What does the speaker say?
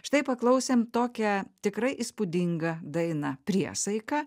štai paklausėm tokią tikrai įspūdingą dainą priesaika